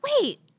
Wait